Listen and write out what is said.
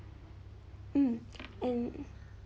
mm and